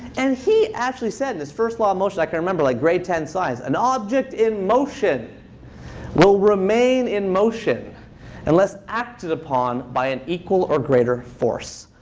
and he actually said in his first law of motion. i can remember like grade ten science, an object in motion will remain in motion unless acted upon by an equal or greater force.